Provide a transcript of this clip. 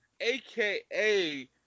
AKA